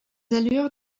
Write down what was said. allures